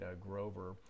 Grover